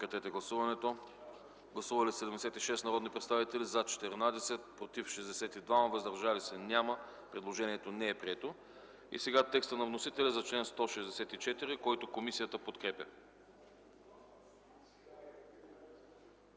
не подкрепя. Гласували 76 народни представители: за 14, против 62, въздържали се няма. Предложението не е прието. Сега текста на вносителя за чл. 164, който комисията подкрепя.